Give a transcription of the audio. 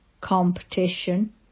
competition